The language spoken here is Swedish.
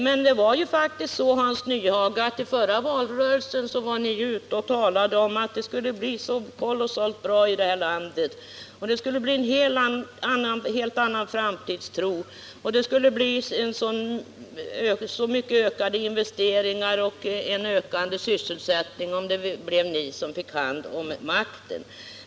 Men det var faktiskt så, Hans Nyhage, att ni under förra valrörelsen var ute och talade om att det skulle bli kolossalt bra i det här landet, med en helt annan framtidstro och kraftigt ökade investeringar och ökande sysselsättning, om ni skulle få ta hand om makten.